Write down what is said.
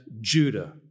Judah